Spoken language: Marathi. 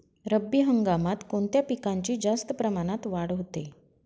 रब्बी हंगामात कोणत्या पिकांची जास्त प्रमाणात वाढ होते?